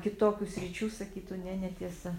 kitokių sričių sakytų ne netiesa